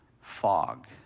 fog